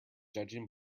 judging